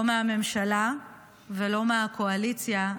לא מהממשלה ולא מהקואליציה,